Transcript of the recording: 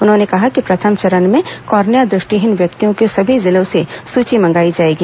उन्होंने कहा कि प्रथम चरण में कार्निया दृष्टिहीन व्यक्तियों की सभी जिलों से सूची मंगाई जाएगी